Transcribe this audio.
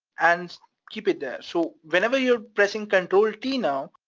and keep it there. so whenever you're pressing control t now,